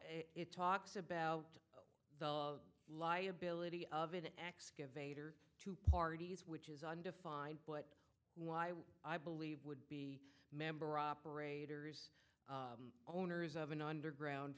it talks about the liability of an excavator to parties which is undefined but why would i believe would be member operators owners of an underground